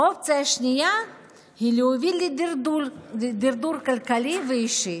האופציה השנייה היא להוביל לדרדור כלכלי ואישי,